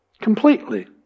Completely